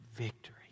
Victory